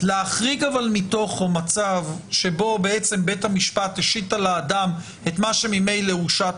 שתחריג מצב שבו בית המשפט השית על האדם את מה שממילא הושת